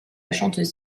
chanteuse